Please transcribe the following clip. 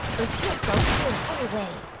if he assaults you in any way,